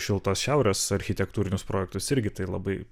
šiltos šiaurės architektūrinius projektus irgi tai labai